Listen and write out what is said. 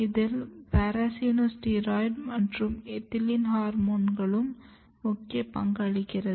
இதில் ப்ரஸ்ஸினோஸ்டீராய்ட் மற்றும் எத்திலீன் ஹோர்மோன்களும் முக்கிய பங்களிக்கிறது